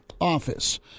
office